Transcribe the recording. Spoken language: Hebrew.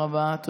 תודה רבה.